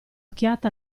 occhiata